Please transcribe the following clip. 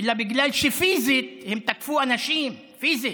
אלא בגלל שפיזית הם תקפו אנשים, פיזית.